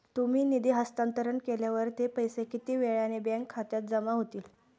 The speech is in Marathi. तुम्ही निधी हस्तांतरण केल्यावर ते पैसे किती वेळाने बँक खात्यात जमा होतील?